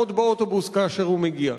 ולעמוד באוטובוס כאשר הוא מגיע.